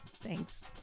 thanks